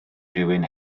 rhywun